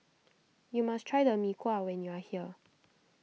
you must try the Mee Kuah when you are here